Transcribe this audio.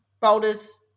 boulders